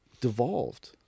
devolved